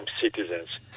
citizens